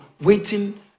waiting